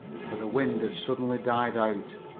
for the wind had suddenly died out.